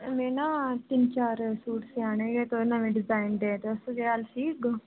में ना तिन चार सूट सिआने जे तुसें नमें डिजाइन तुस सी उड़दे ओ